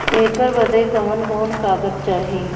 ऐकर बदे कवन कवन कागज चाही?